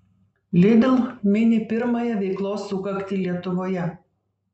lidl mini pirmąją veiklos sukaktį lietuvoje